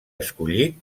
escollit